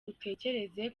utekereze